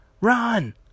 Run